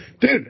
dude